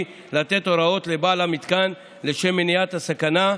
לתת הוראות לבעל המתקן לשם מניעת הסכנה,